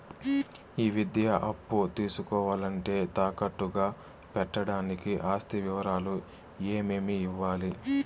ఈ విద్యా అప్పు తీసుకోవాలంటే తాకట్టు గా పెట్టడానికి ఆస్తి వివరాలు ఏమేమి ఇవ్వాలి?